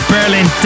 Berlin